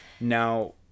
now